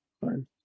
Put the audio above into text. fine